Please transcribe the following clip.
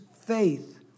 faith